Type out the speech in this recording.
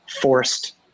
forced